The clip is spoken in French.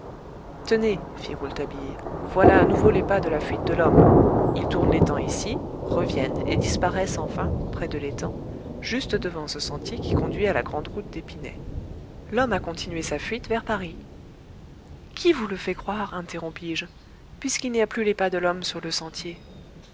tenez fit rouletabille voilà à nouveau les pas de la fuite de l'homme ils tournent l'étang ici reviennent et disparaissent enfin près de l'étang juste devant ce sentier qui conduit à la grande route d'épinay l'homme a continué sa fuite vers paris qui vous le fait croire interrompis-je puisqu'il n'y a plus les pas de l'homme sur le sentier